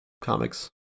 comics